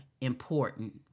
important